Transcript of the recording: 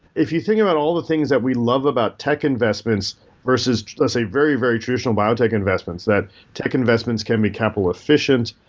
if you think about all the things that we love about tech investments versus, let's say, very very traditional biotech investments that tech investments can be capital efficient,